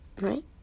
right